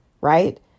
Right